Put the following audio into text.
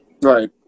Right